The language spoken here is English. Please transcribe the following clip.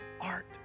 art